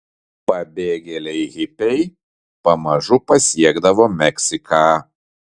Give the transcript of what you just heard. pabėgėliai hipiai pamažu pasiekdavo meksiką